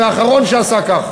והאחרון שעשה כך